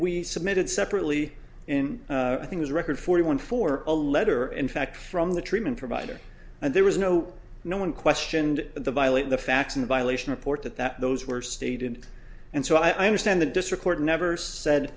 we submitted separately in i think is a record forty one for a letter in fact from the treatment provider and there was no no one questioned the violate the facts in violation of port that those were stated and so i understand the district court never said